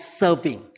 serving